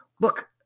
Look